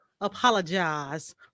apologize